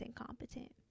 incompetent